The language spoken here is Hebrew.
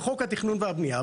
בחוק התכנון והבנייה,